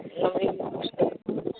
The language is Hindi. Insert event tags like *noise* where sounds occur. लोमड़ी *unintelligible*